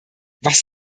was